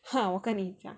好我跟你讲